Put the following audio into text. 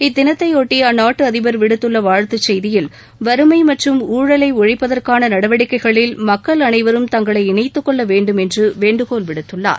இத்தினத்தையொட்டி அந்நாட்டு அதிபர் விடுத்துள்ள வாழ்த்துச் செய்தியில் வறுமை மற்றும் ஊழலை ஒழிப்புதற்கான நடவடிக்கைகளில் மக்கள் அனைவரும் தங்களை இணைத்துக்கொள்ள வேண்டும் என்று வேண்டுகோள் விடுத்துள்ளார்